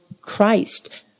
Christ